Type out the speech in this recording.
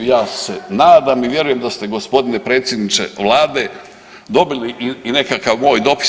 Ja se nadam i vjerujem da ste gospodine predsjedniče Vlade dobili i nekakav moj dopis.